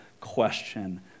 question